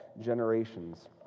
generations